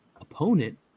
opponent